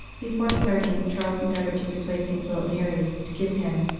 before starting, charles endeavoured to persuade st. philip neri to give him,